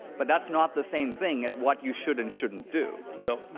but that's not the same thing as what you should and shouldn't do. well